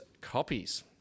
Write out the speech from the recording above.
copies